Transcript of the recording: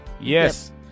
yes